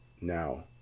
now